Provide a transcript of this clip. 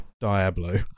diablo